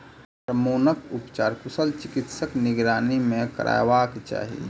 hormone उपचार कुशल चिकित्सकक निगरानी मे करयबाक चाही